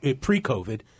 pre-COVID